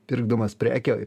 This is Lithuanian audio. pirkdamas prekę